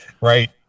Right